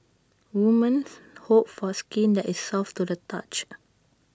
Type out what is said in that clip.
women hope for skin that is soft to the touch